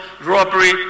robbery